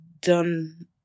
done